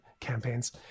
campaigns